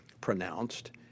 pronounced